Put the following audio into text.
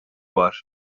var